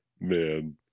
Man